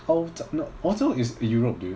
欧 no 欧洲 is europe dude